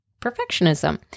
perfectionism